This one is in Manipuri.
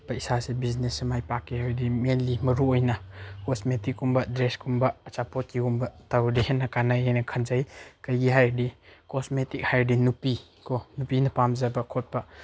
ꯄꯩꯁꯥꯁꯦ ꯕꯤꯖꯤꯅꯦꯁꯁꯦ ꯃꯥꯏ ꯄꯥꯛꯀꯦ ꯍꯥꯏꯔꯗꯤ ꯃꯦꯟꯂꯤ ꯃꯔꯨ ꯑꯣꯏꯅ ꯀꯣꯁꯃꯦꯇꯤꯛꯀꯨꯝꯕ ꯗ꯭ꯔꯦꯁꯀꯨꯝꯕ ꯑꯆꯥꯄꯣꯠ ꯌꯣꯟꯕ ꯇꯧꯔꯗꯤ ꯍꯦꯟꯅ ꯀꯥꯟꯅꯩ ꯍꯥꯏꯅ ꯈꯟꯖꯩ ꯀꯔꯤꯒꯤ ꯍꯥꯏꯔꯗꯤ ꯀꯣꯁꯃꯦꯇꯤꯛ ꯍꯥꯏꯔꯗꯤ ꯅꯨꯄꯤ ꯀꯣ ꯅꯨꯄꯤꯅ ꯄꯥꯝꯖꯕ ꯈꯣꯠꯄ